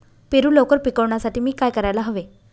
पेरू लवकर पिकवण्यासाठी मी काय करायला हवे?